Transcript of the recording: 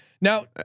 Now